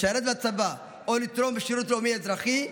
לשרת בצבא או לתרום בשירות לאומי-אזרחי,